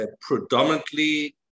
predominantly